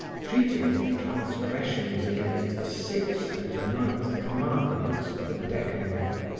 treating of transgressions against the sixth and ninth commandments of the decalogue.